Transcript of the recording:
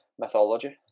mythology